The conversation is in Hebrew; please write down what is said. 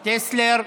טסלר,